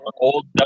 old